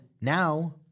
now